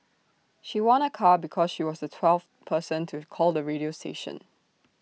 she won A car because she was the twelfth person to call the radio station